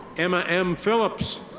emma m. philips.